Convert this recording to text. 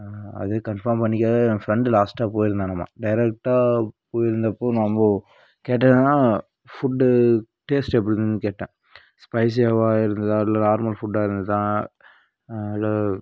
அது கன்ஃபார்ம் பண்ணிக்கிறதை என் ஃபிரெண்ட்டு லாஸ்ட்டாக போயிருந்தானாமா டேரக்ட்டாக போயிருந்தப்போ நம்ப கேட்டால் என்ன ஃபுட்டு டேஸ்ட்டு எப்படி இருந்ததுன்னு கேட்டேன் ஸ்பைஸியாகவா இருந்ததா இல்லை நார்மல் ஃபுட்டாக இருந்ததா இல்லை